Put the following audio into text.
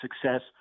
success